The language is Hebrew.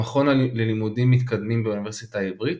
המכון ללימודים מתקדמים באוניברסיטה העברית,